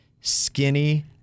Skinny